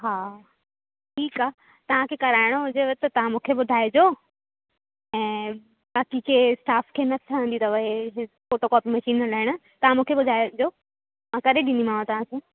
हा ठीकु आहे तव्हांखे कराइणो हुजेव त हा हा ठीकु आहे तव्हांखे मूंखे ॿुधाइजो ऐं बाक़ी जे स्टाफ खे न ठहंदी अथव हे फ़ोटो कॉपी मशीन हलाइण तव्हां मूंखे ॿुधाइजो मां करे ॾींदीमाव तव्हांखे